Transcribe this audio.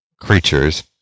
creatures